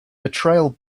betrayal